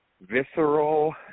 visceral